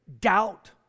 Doubt